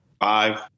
Five